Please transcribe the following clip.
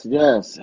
yes